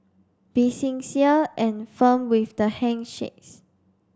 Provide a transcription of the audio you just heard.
be sincere and firm with the handshakes